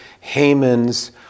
Haman's